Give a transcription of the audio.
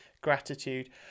gratitude